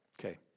Okay